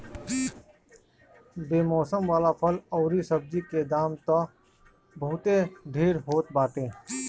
बेमौसम वाला फल अउरी सब्जी के दाम तअ बहुते ढेर होत बाटे